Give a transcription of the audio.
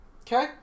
okay